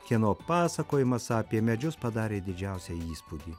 kieno pasakojimas apie medžius padarė didžiausią įspūdį